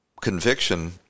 conviction